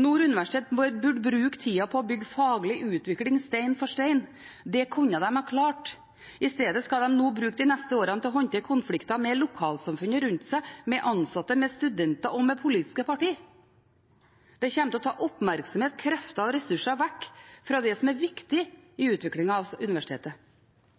Nord universitet burde bruke tida på å bygge faglig utvikling stein for stein. Det kunne de ha klart. I stedet skal de nå bruke de neste årene til å håndtere konflikter med lokalsamfunnet rundt seg, med ansatte, med studenter og med politiske parti. Det kommer til å ta oppmerksomhet, krefter og ressurser vekk fra det som er viktig i utviklingen av universitetet.